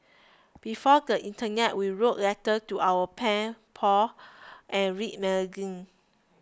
before the internet we wrote letters to our pen pals and read magazines